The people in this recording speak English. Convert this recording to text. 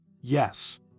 Yes